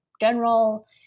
general